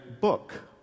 book